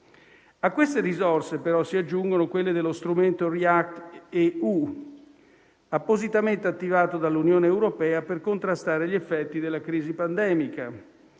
A queste risorse però si aggiungono quelle dello strumento React-EU, appositamente attivato dall'Unione europea per contrastare gli effetti della crisi pandemica.